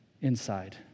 inside